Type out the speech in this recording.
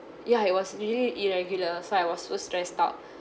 ya it was really irregular so I was so stressed out